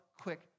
quick